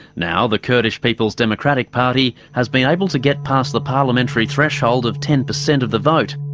now the kurdish people's democratic party has been able to get past the parliamentary threshold of ten percent of the vote.